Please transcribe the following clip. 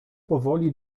powoli